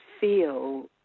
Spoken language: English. feel